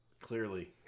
Clearly